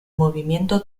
movimiento